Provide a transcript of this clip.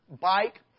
bike